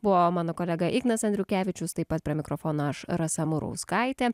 buvo mano kolega ignas andriukevičius taip pat prie mikrofono aš rasa murauskaitė